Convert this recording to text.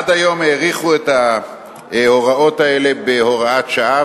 עד היום האריכו את ההוראות האלה בהוראת שעה,